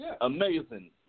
amazing